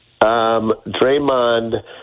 Draymond